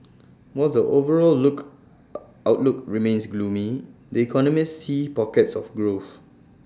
while the overall look outlook remains gloomy economists see pockets of growth